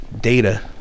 data